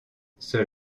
ceux